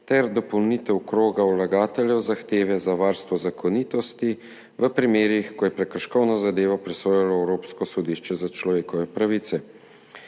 ter dopolnitev kroga vlagateljev zahteve za varstvo zakonitosti v primerih, ko je prekrškovno zadevo presojalo Evropsko sodišče za človekove pravice.